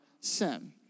sin